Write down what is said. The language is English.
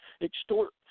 extort